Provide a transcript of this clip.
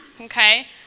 Okay